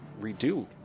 redo